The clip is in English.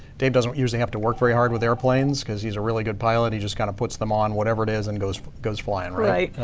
dave doesn't usually have to work very hard with airplanes cause he's a really good pilot. he's just kind of puts them on whatever it is and goes goes flying, right? right.